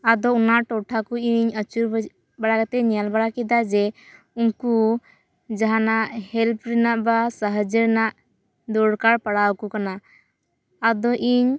ᱟᱫᱚ ᱚᱱᱟ ᱴᱚᱴᱷᱟ ᱠᱚ ᱤᱧ ᱟᱪᱩᱨᱵᱟᱲᱟ ᱠᱟᱛᱮᱧ ᱧᱮᱞ ᱵᱟᱲᱟ ᱠᱮᱫᱟ ᱡᱮ ᱩᱱᱠᱩ ᱡᱟᱦᱟᱱᱟᱜ ᱦᱮᱞᱯ ᱨᱮᱱᱟᱜ ᱵᱟ ᱥᱟᱦᱟᱥᱳ ᱨᱮᱱᱟᱜ ᱫᱚᱨᱠᱟᱨ ᱯᱟᱲᱟᱣ ᱟᱠᱚᱠᱟᱱᱟ ᱟᱫᱚ ᱤᱧ